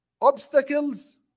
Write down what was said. obstacles